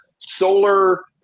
solar